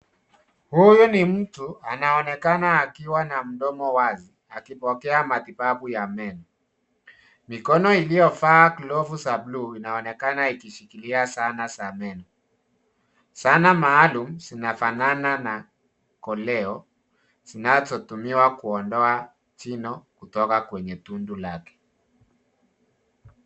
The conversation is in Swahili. Huyu ni mtu anaonekana akiwa na mdomo wazi akipokea matibabu ya meno mikono iliovaa glovu za buluu inaonekana ikishikilia zana za meno zana maalum zinafanana na koleo zinazotumiwa kuondoa jino kutoka kwenye tundu lake.